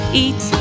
eat